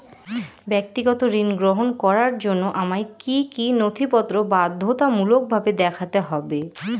ব্যক্তিগত ঋণ গ্রহণ করার জন্য আমায় কি কী নথিপত্র বাধ্যতামূলকভাবে দেখাতে হবে?